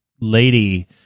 lady